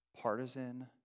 Partisan